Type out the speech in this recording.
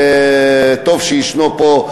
טוב שהוא ישנו פה,